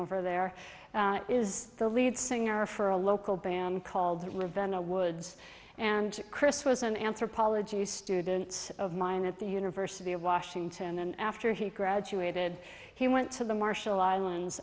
over there is the lead singer for a local band called we've been a woods and chris was an anthropology student of mine at the university of washington and after he graduated he went to the marshall islands